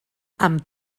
amb